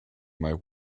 might